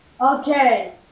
Okay